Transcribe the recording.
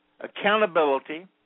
accountability